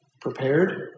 prepared